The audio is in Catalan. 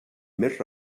més